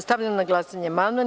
Stavljam na glasanje amandman.